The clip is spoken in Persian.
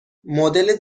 مدل